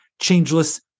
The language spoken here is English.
changeless